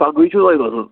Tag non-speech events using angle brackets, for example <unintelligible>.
پَگہٕے چھُو <unintelligible> گژھُن